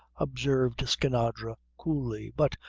observed skinadre, coolly but,